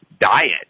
diet